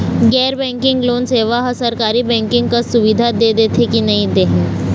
गैर banking loan सेवा हा सरकारी बैंकिंग कस सुविधा दे देथे कि नई नहीं?